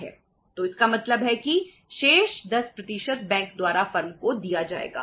तो इसका मतलब है कि शेष 10 बैंक द्वारा फर्म को दिया जाएगा